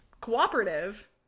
cooperative